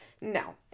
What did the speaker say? No